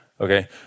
okay